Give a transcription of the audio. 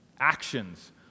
actions